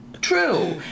True